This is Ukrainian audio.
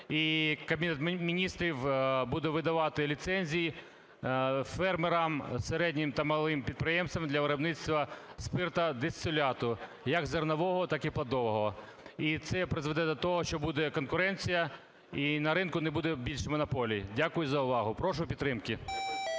і Кабінет Міністрів буде видавати ліцензії фермерам, середнім та малим підприємцям для виробництва спирту-дистиляту, як зернового, так і плодового. І це призведе до того, що буде конкуренція і на ринку не буде більше монополії. Дякую за увагу. Прошу підтримки.